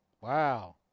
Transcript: Wow